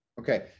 Okay